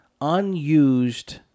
unused